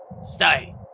stay